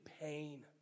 pain